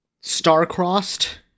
star-crossed